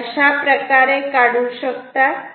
अशाप्रकारे काढू शकतात